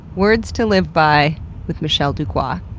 words to live by with michelle dookwah.